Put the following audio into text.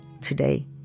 today